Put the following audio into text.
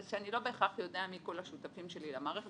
זה שאני לא בהכרח יודע מי כל השותפים שלי למערכת,